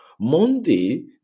Monday